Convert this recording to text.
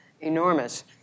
enormous